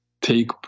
take